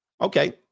Okay